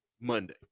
Monday